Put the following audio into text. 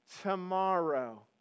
tomorrow